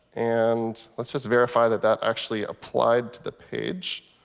and let's just verify that that actually applied to the page.